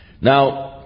now